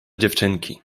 dziewczynki